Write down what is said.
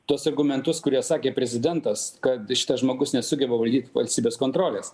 tuos argumentus kurie sakė prezidentas kad šitas žmogus nesugeba valdyt valstybės kontrolės